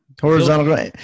Horizontal